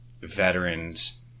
veterans